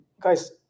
guys